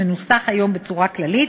המנוסח היום בצורה כללית,